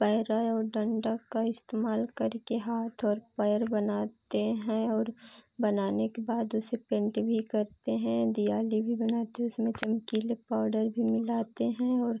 पैर है और डंडा का इस्तेमाल करके हाथ और पैर बनाते हैं और बनाने के बाद उसे पेन्ट भी करते हैं दियाली भी बनाते उसमें चमकीले पाैडर भी मिलाते हैं और